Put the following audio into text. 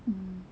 mm